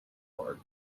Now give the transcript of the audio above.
park